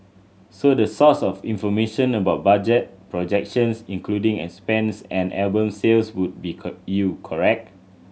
so the source of information about budget projections including expense and album sales would be you correct